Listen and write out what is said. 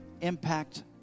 impact